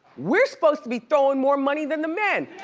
we're supposed to be throwing more money than the men!